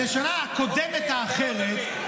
השנה הקודמת האחרת.